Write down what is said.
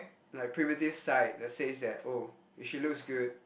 my primitive side that says that oh if she looks good